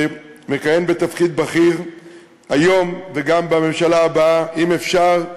שמכהן בתפקיד בכיר היום וגם בממשלה הבאה: אם אפשר,